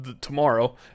Tomorrow